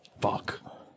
Fuck